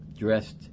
dressed